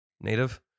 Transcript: Native